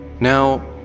now